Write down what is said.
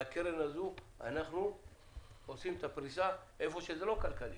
מהקרן הזו אנחנו עושים את הפריסה היכן שזה לא כלכלי.